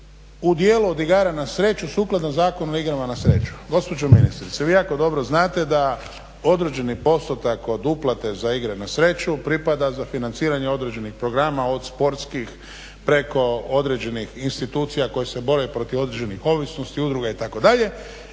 u dijelu od igara na sreću sukladno Zakonu o igrama na sreću. Gospođo ministrice, vi jako dobro znate da određeni postotak od uplate za igre na sreću pripada za financiranje određenih programa od sportskih preko određenih institucija koje se bore protiv određenih ovisnosti, udruga itd.